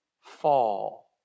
fall